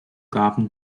gaben